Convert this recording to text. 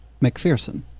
McPherson